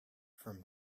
from